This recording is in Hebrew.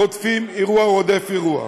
אירוע רודף אירוע.